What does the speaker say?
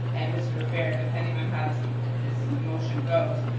and mr. rivera depending on how this this motion goes,